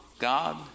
God